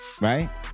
Right